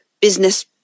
Business